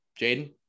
Jaden